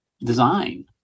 design